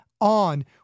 on